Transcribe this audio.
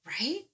Right